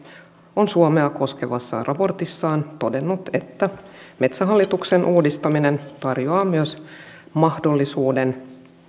on suomea koskevassa raportissaan todennut että metsähallituksen uudistaminen tarjoaa myös mahdollisuuden